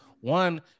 one